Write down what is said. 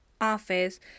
office